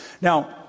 Now